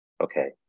Okay